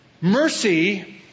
Mercy